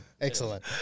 Excellent